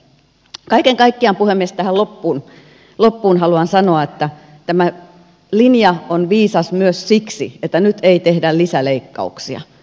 kaiken kaikkiaan puhemies tähän loppuun haluan sanoa että tämä linja on viisas myös siksi että nyt ei tehdä lisäleikkauksia